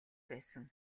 байсан